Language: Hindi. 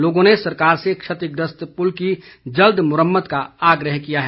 लोगों ने सरकार से क्षतिग्रस्त पुल की जल्द मुरम्मत का आग्रह किया है